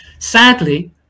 Sadly